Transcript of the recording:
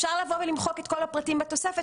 אפשר לבוא ולמחוק את כל הפרטים בתוספת